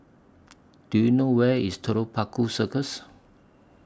Do YOU know Where IS Telok Paku Circus